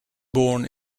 born